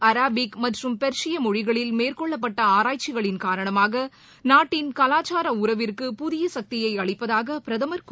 Arabic மற்றும் பெர்ஷிய மொழிகளில் மேற்கொள்ளப்பட்ட ஆராய்க்சிகளின் காரணமாக நாட்டின் கலாச்சார உறவிற்கு புதிய சக்தியை அளிப்பதாக பிரதமர் கூறினார்